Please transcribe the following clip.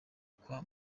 kwa